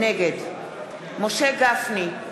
נגד משה גפני,